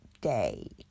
day